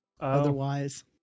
Otherwise